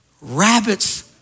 rabbits